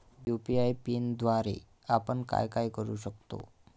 UPI पिनद्वारे आपण काय काय करु शकतो?